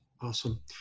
Awesome